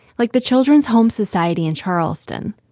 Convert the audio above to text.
like the children's home society in charleston,